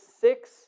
six